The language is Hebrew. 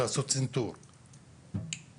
ואנחנו דנים בהצעה לסדר בדיון מהיר של חברי הכנסת אופיר כץ,